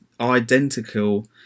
identical